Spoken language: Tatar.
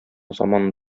заман